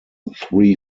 three